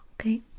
okay